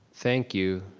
thank you,